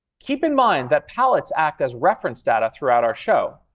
keep in mind that palettes act as reference data throughout our show,